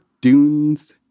Dunes